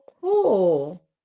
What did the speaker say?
cool